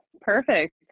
Perfect